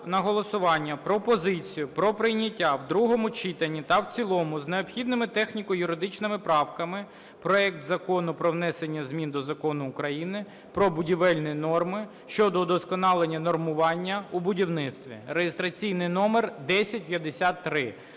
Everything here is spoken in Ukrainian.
на голосування пропозицію про прийняття в другому читанні та в цілому з необхідними техніко-юридичними правками проект Закону про внесення змін до Закону України "Про будівельні норми" щодо удосконалення нормування у будівництві (реєстраційний номер 1053).